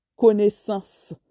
connaissance